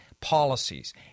policies